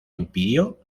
impidió